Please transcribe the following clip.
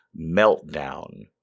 meltdown